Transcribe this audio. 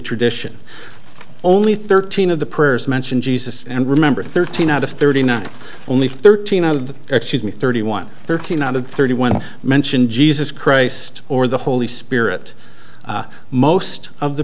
tradition only thirteen of the prayers mention jesus and remember thirteen out of thirty nine only thirteen out of excuse me thirty one thirteen out of thirty one to mention jesus christ or the holy spirit most of the